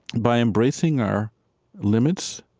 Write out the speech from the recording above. by embracing our limits,